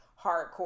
hardcore